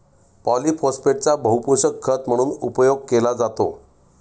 पॉलिफोस्फेटचा बहुपोषक खत म्हणून उपयोग केला जातो